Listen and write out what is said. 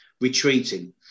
retreating